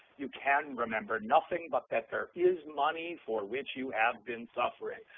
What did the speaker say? you can remember nothing but that there is money for which you have been suffering.